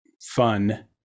fun